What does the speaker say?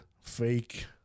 fake